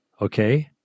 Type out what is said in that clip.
Okay